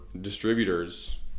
distributors